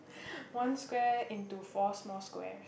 one square into four small squares